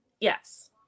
Yes